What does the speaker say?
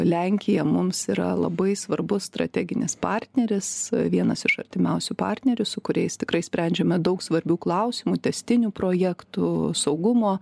lenkija mums yra labai svarbus strateginis partneris vienas iš artimiausių partnerių su kuriais tikrai sprendžiame daug svarbių klausimų tęstinių projektų saugumo